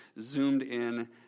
zoomed-in